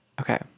Okay